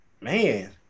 man